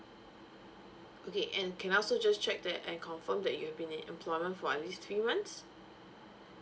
okay and can I also just check that and confirm that you have been in employment for at least three months